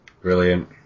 Brilliant